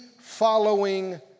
following